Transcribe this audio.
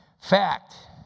Fact